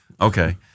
Okay